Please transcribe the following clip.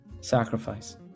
sacrifice